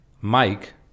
Mike